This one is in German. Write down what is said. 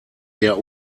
der